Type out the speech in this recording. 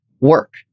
work